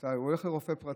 ואתה הולך לרופא פרטי,